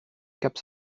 cap